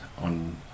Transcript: on